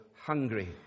hungry